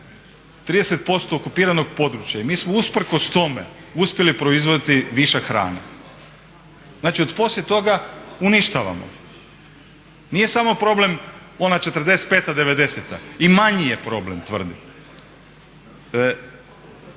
30% okupiranog područja i mi smo usprkos tome uspjeli proizvoditi višak hrane. Poslije toga uništavamo. Nije samo problem ona '45., '90.-ta i manji je problem tvrdim.